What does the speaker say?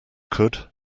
could